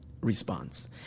response